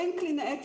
אין קלינאי תקשורת,